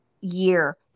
year